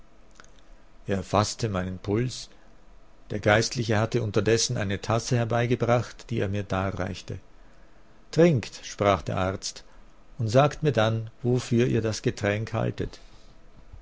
er faßte meinen puls der geistliche hatte unterdessen eine tasse herbeigebracht die er mir darreichte trinkt sprach der arzt und sagt mir dann wofür ihr das getränk haltet